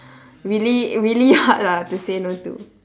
really really hard lah to say no to